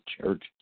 Church